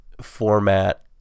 format